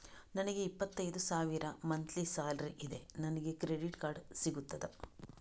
ನನಗೆ ಇಪ್ಪತ್ತೈದು ಸಾವಿರ ಮಂತ್ಲಿ ಸಾಲರಿ ಇದೆ, ನನಗೆ ಕ್ರೆಡಿಟ್ ಕಾರ್ಡ್ ಸಿಗುತ್ತದಾ?